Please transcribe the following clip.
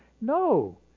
No